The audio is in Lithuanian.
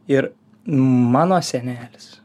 ir mano senelis